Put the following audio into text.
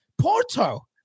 porto